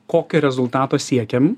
kokio rezultato siekiam